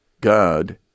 God